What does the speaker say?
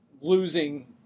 losing